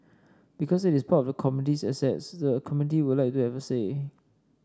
because it is part of the community's assets the community would like to have a say